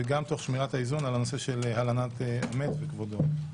וגם תוך שמירת האיזון בנושא של הלנת המת וכבודו.